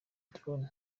drone